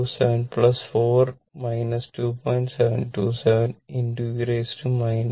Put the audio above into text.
727 4 2